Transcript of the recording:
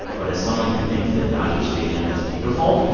but as someone who thinks that dodger stadium is beautiful,